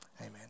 amen